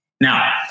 Now